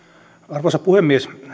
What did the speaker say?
arvoisa puhemies